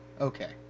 okay